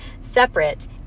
separate